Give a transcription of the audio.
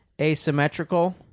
asymmetrical